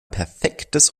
perfektes